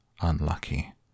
unlucky